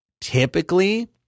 Typically